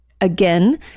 Again